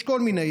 יש כל מיני,